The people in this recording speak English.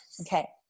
okay